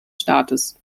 staates